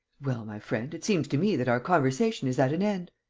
well, my friend, it seems to me that our conversation is at an end.